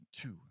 two